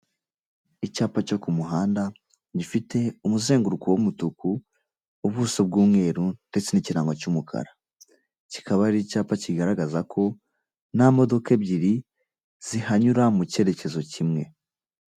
Icyapa cyo ku muhanda gifite umuzenguruko w'umutuku ubuso bw'umweru ndetse n'ikirango cy'umukara kikaba ari icyapa kigaragaza ko nta modoka ebyiri zihanyura mu cyerekezo kimwe.